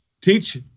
teach